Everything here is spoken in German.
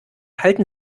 halten